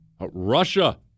Russia